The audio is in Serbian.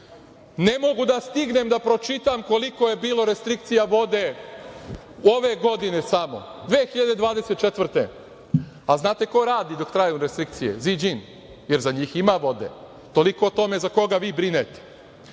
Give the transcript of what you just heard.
Ne mogu da stignem da pročitam koliko je bilo restrikcija vode ove godine samo, 2024. godine, a znate ko radi dok traju restrikcije - „Ziđin“, jer za njih ima vode, toliko o tome za koga vi brinete. Moram